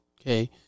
Okay